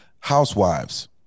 housewives